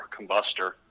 combustor